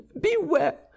Beware